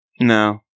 No